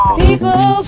people